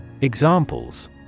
Examples